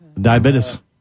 Diabetes